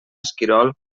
esquirol